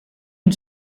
une